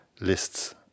lists